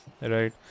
Right